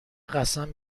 قسم